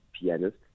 pianist